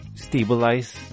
Stabilize